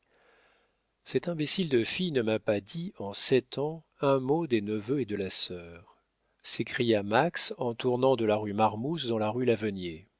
cette imbécile de fille ne m'a pas dit en sept ans un mot des neveux et de la sœur s'écria max en tournant de la rue marmouse dans la rue l'avenier